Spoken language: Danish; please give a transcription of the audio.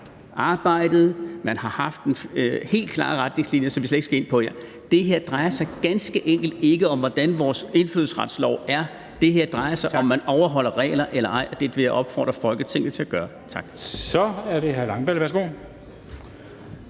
arbejdet. Der har været nogle helt klare retningslinjer, som vi slet ikke skal ind på her. Det her drejer sig ganske enkelt ikke om, hvordan vores indfødsretslov er. Det her drejer sig om, om man overholder regler eller ej. Det vil jeg opfordre Folketinget til at gøre. Kl. 14:24 Formanden (Henrik